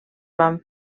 van